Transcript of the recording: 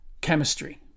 chemistry